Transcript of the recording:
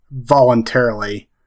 voluntarily